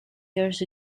years